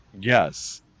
Yes